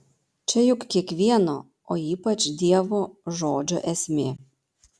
čia juk kiekvieno o ypač dievo žodžio esmė